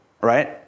right